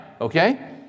okay